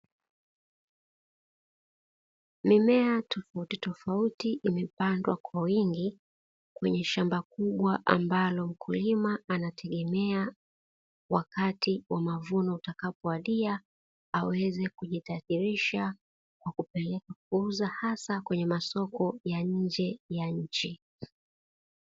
Mimea tofautitofauti imepandwa kwa wingi kwenye shamba kubwa, ambalo mkulima anategemea wakati wa mavuno utakapowadia aweze kujitajirisha kwa kupelekwa kuuza hasa kwenye masoko ya nje ya nchi.